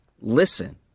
listen